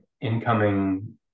incoming